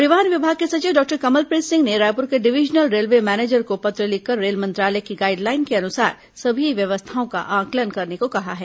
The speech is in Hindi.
परिवहन विभाग के सचिव डॉक्टर कमलप्रीत सिंह ने रायपुर के डिवीजनल रेलवे मैनेजर को पत्र लिखकर रेल मंत्रालय की गाइडलाइन के अनुसार सभी व्यवस्थाओं का आंकलन करने को कहा है